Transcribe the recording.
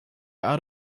out